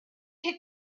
had